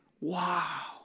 Wow